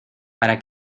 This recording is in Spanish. para